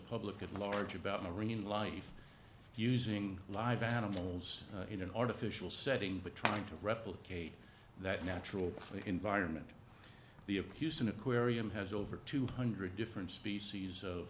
public at large about marine life using live animals in an artificial setting but trying to replicate that natural environment the of houston aquarium has over two hundred different species of